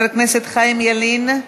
חבר הכנסת חיים ילין?